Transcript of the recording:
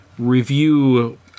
review